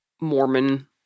Mormon